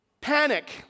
Panic